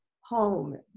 home